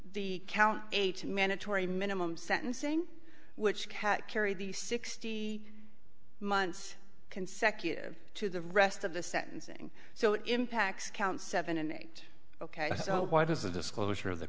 the count eight mandatory minimum sentencing which cat carried the sixty months consecutive to the rest of the sentencing so it impacts count seven and eight ok so why does the disclosure of the